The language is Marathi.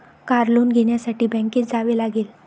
कार लोन घेण्यासाठी बँकेत जावे लागते